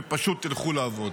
ופשוט תלכו לעבוד.